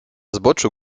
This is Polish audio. zboczu